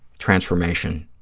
transformation,